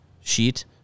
sheet